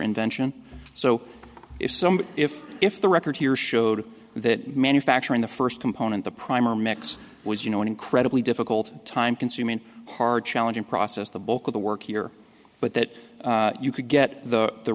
invention so if somebody if if the record here showed that manufacturing the first component the primer mix was you know an incredibly difficult time consuming hard challenging process the bulk of the work here but that you could get the